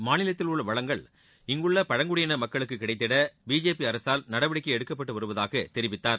மாநிலத்தில் உள்ள வளங்கள் இங்குள்ள பழங்குடியின மக்களுக்கு கிடைத்திட பிஜேபி அரசால் நடவடிக்கை எடுக்கப்பட்டு வருவதாக தெரிவித்தார்